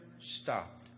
stopped